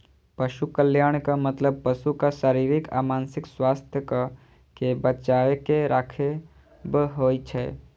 पशु कल्याणक मतलब पशुक शारीरिक आ मानसिक स्वास्थ्यक कें बनाके राखब होइ छै